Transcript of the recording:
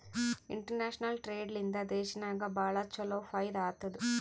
international trade ಲಿಂದಾ ದೇಶನಾಗ್ ಭಾಳ ಛಲೋ ಫೈದಾ ಆತ್ತುದ್